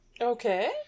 Okay